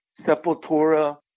Sepultura